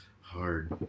hard